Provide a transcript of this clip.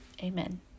Amen